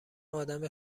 ادم